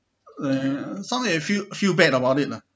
somehow you feel bad about it lah